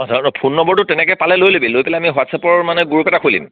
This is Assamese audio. ফোন নম্বৰটো তেনেকে পালে লৈ ল'বি লৈ পেলাই হোৱাটছ এপৰ মান গ্ৰুপ এটা খুলিম